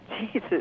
Jesus